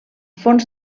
fons